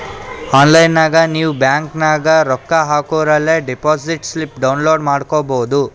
online ನಾಗ್ ನೀವ್ bank ನಾಗ್ ರೊಕ್ಕಾ ಹಾಕೂರ ಅಲೇ ಡೆಪೋಸಿಟ್ ಸ್ಲಿಪ್ ಡೌನ್ಲೋಡ್ ಮಾಡ್ಕೊಬೋದು